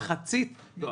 במחצית או לא,